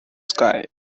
sky